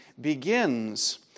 begins